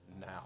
now